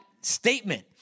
statement